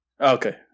Okay